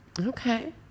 Okay